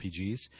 RPGs